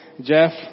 Jeff